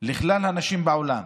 לכלל הנשים בעולם